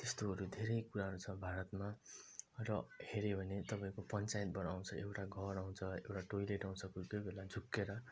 त्यस्तोहरू धेरै कुराहरू छ भारतमा र हेऱ्यो भने तपाईँको पञ्चायतबाट आउँछ एउटा घर आउँछ एउटा टोयलेट आउँछ कोही कोही बेला झुकिएर